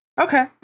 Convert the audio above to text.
Okay